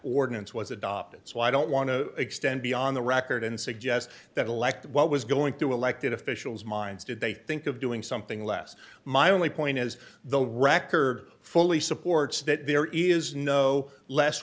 ordinance was adopted so i don't want to extend beyond the record and suggest that elected what was going through elected officials minds did they think of doing something less my only point is the record fully supports that there is no less